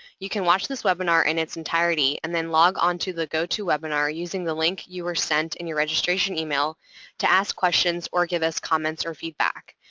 you can watch this webinar in its entirety and then log onto to the go to webinar using the link you were sent in your registration email to ask questions or give us comments or feedback.